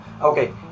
Okay